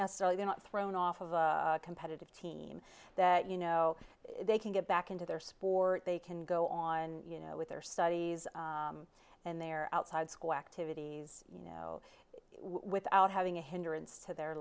necessarily you know thrown off of a competitive team that you know they can get back into their sport they can go on you know with their studies and their outside school activities you know without having a hindrance to their